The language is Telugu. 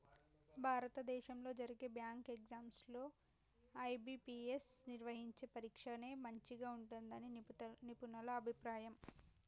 భారతదేశంలో జరిగే బ్యాంకు ఎగ్జామ్స్ లో ఐ.బీ.పీ.ఎస్ నిర్వహించే పరీక్షనే మంచిగా ఉంటుందని నిపుణుల అభిప్రాయం